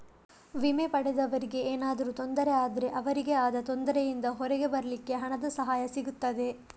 ವಿಮೆ ಪಡೆದವರಿಗೆ ಏನಾದ್ರೂ ತೊಂದ್ರೆ ಆದ್ರೆ ಅವ್ರಿಗೆ ಆದ ತೊಂದ್ರೆಯಿಂದ ಹೊರಗೆ ಬರ್ಲಿಕ್ಕೆ ಹಣದ ಸಹಾಯ ಸಿಗ್ತದೆ